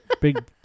big